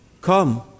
Come